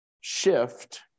shift